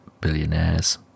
billionaires